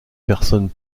personne